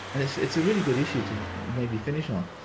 and it's it's a really good issue to maybe finish on.